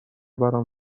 برام